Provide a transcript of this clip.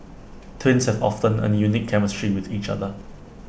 twins have often A unique chemistry with each other